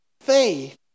faith